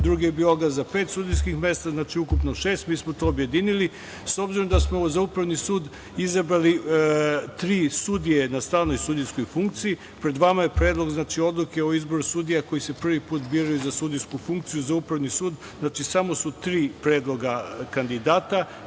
drugi je bio oglas za pet sudijskih mesta, ukupno šest. Mi smo to objedinili. S obzirom da smo za upravni sud izabrali tri sudije na stalne sudijske funkcije, pred vama je Predlog odluke o izboru sudija koji se prvi put biraju za sudijsku funkciju za upravni sud. Znači, samo su tri predloga kandidata,